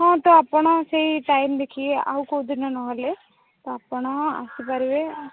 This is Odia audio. ହଁ ତ ଆପଣ ସେଇ ଟାଇମ୍ ଦେଖିକି ଆଉ କେଉଁଦିନ ନହେଲେ ତ ଆପଣ ଆସିପାରିବେ